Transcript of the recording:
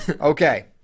Okay